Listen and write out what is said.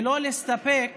ולא להסתפק